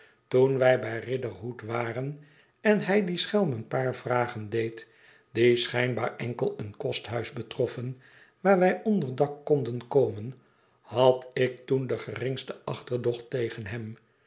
toen wij bij riderhood waren en hij dien schelm een paar vragen deed die schijnbaar enkel een kosthuis betroffen waar wij onder dak konden komen had ik toen de geringste achterdocht tegen hemp